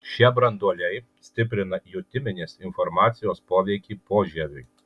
šie branduoliai stiprina jutiminės informacijos poveikį požieviui